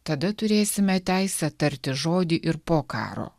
tada turėsime teisę tarti žodį ir po karo